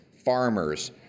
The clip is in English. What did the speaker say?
Farmers